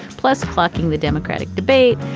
plus plucking the democratic debate,